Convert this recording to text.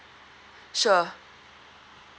sure